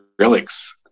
relics